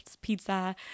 pizza